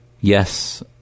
yes